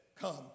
come